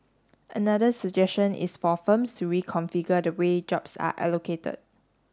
another suggestion is for firms to reconfigure the way jobs are allocated